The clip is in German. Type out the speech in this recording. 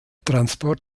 transport